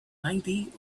ninety